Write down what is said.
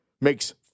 makes